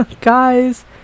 guys